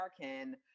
American